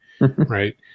Right